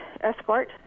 escort